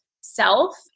self